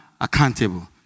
accountable